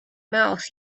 mouth